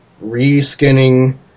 re-skinning